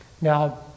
Now